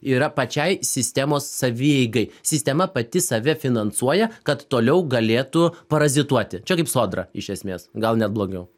yra pačiai sistemos savieigai sistema pati save finansuoja kad toliau galėtų parazituoti čia kaip sodra iš esmės gal net blogiau